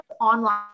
online